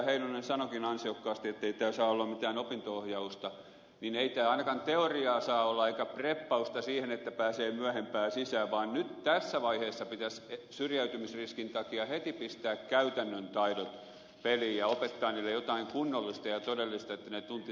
heinonen sanoikin ansiokkaasti ettei tämä saa olla mitään opinto ohjausta niin ei tämä ainakaan teoriaa saa olla eikä preppausta siihen että pääsee myöhempään sisään vaan nyt tässä vaiheessa pitäisi syrjäytymisriskin takia heti pistää käytännön taidot peliin ja opettaa heille jotain kunnollista ja todellista että he tuntisivat saavansakin jotain